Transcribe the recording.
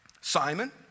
Simon